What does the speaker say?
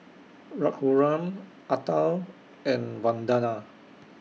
Raghuram Atal and Vandana